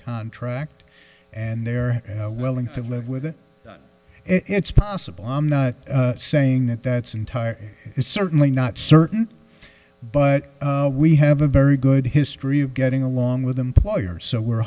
contract and they're willing to live with it it's possible i'm not saying that that's entirely it's certainly not certain but we have a very good history of getting along with employers so we're